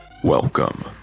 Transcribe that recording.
Welcome